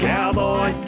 Cowboy